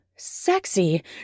sexy